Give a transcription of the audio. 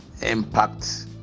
impact